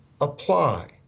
apply